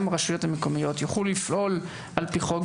הרשויות המקומיות יוכלו לפעול על פי חוק,